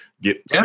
get